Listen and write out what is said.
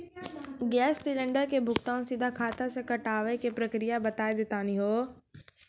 Gas cylinder के भुगतान सीधा खाता से कटावे के प्रक्रिया बता दा तनी हो?